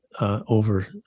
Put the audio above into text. over